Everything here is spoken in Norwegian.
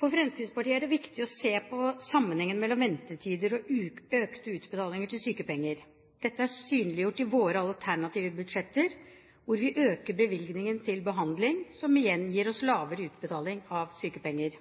For Fremskrittspartiet har det vært viktig å se på sammenhengen mellom ventetider og økt utbetaling av sykepenger. Dette er synliggjort i våre alternative budsjetter, hvor vi øker bevilgningene til behandling, som igjen gir oss lavere utbetaling av sykepenger.